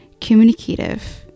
communicative